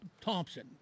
Thompson